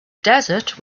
desert